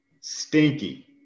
stinky